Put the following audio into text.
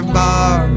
bar